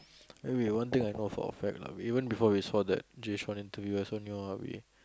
anyway one thing I know for a fact lah even before we saw that interview I just know that we